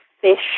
fish